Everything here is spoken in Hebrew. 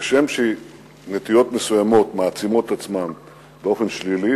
כשם שנטיות מסוימות מעצימות את עצמן באופן שלילי,